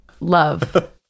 Love